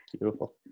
Beautiful